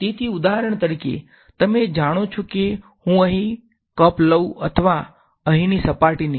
તેથી ઉદાહરણ તરીકે તમે જાનો છો કે જો હું અહીં કપ લઉ અથવા અહીંની સપાટીને